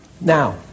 Now